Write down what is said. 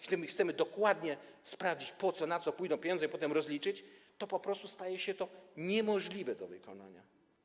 Kiedy chcemy dokładnie sprawdzić, na co pójdą pieniądze, i potem rozliczyć, to po prostu staje się to niemożliwe do wykonania.